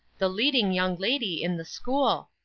the leading young lady in the school!